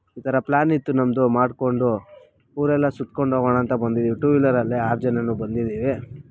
ಈ ಥರ ಪ್ಲ್ಯಾನ್ ಇತ್ತು ನಮ್ಮದು ಮಾಡ್ಕೊಂಡು ಊರೆಲ್ಲ ಸುತ್ಕೊಂಡು ಹೋಗೋಣ ಅಂತ ಬಂದಿದ್ದೀವಿ ಟೂ ವೀಲರಲ್ಲೇ ಆರು ಜನನು ಬಂದಿದ್ದೀವಿ